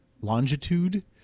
longitude